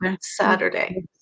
Saturday